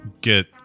get